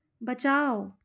बचाओ